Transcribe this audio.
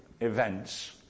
events